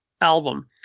album